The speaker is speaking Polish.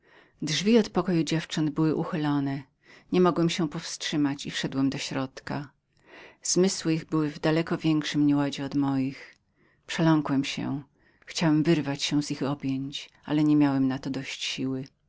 drzwi od pokoju dziewcząt były na wpół otwarte niemogłem powstrzymać się i stanąłem na progu zmysły ich były w daleko większym bezładzie od moich przeląkłem się chciałem wyrwać się z ich objęć ale nie miałem na to dość siły